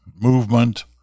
movement